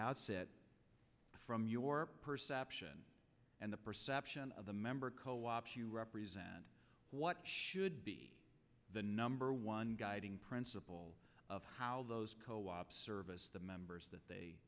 outset from your perception and the perception of the member co ops you represent what should be the number one guiding principle of how those co op service members that they